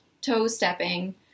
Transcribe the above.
toe-stepping